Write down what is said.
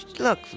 Look